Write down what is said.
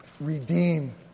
redeem